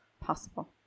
possible